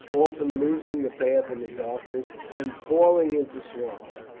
often losing the path in the darkness and falling into swamps,